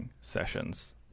sessions